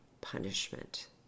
punishment